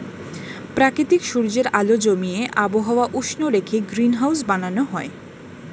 প্রাকৃতিক সূর্যের আলো জমিয়ে আবহাওয়া উষ্ণ রেখে গ্রিনহাউস বানানো হয়